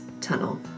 tunnel